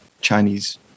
chinese